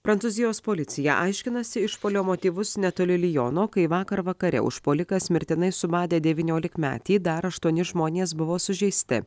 prancūzijos policija aiškinasi išpuolio motyvus netoli liono kai vakar vakare užpuolikas mirtinai subadė devyniolikmetį dar aštuoni žmonės buvo sužeisti